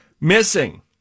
missing